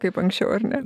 kaip anksčiau ar ne